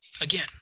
Again